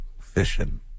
fishing